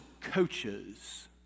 coaches